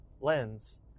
lens